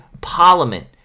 Parliament